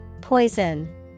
Poison